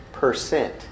percent